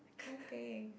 I can't think